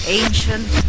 ancient